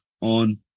on